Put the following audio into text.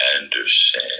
Anderson